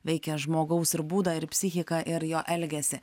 veikia žmogaus ir būdą ir psichiką ir jo elgesį